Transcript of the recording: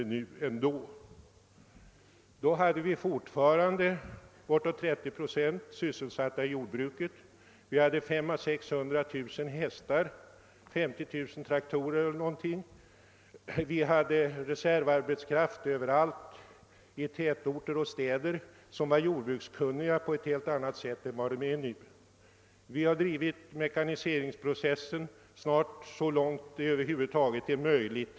På 1940-talet var fort farande bortåt 30 procent av befolkningen sysselsatta i jordbruket, det fanns 500 000—600 000 hästar och cirka 50 000 traktorer. Vi hade överallt i tätorter och städer reservarbetskraft som var jordbrukskunnig vilket inte längre är fallet. Vi har snart drivit mekaniseringsprocessen inom jordbruket så långt detta över huvud taget är möjligt.